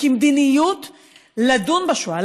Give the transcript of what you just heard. לדון בשואה,